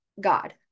God